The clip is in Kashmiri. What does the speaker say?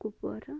کُپوارہ